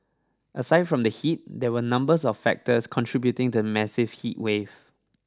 aside from the heat there were numbers of factors contributing to the massive heatwave